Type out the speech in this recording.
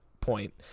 point